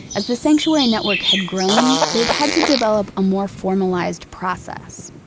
as the sanctuary network had grown, they'd had to develop a more formalized process.